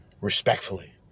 Respectfully